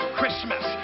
Christmas